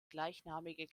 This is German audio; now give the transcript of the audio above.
gleichnamige